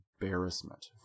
embarrassment